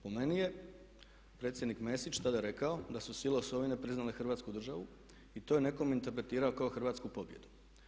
Po meni je predsjednik Mesić tada rekao da su sile osovine priznale Hrvatsku državu i to je netko interpretirao kao hrvatsku pobjedu.